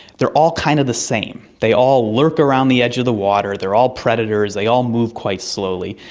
they are all kind of the same, they all lurk around the edge of the water, they are all predators, they all move quite slowly,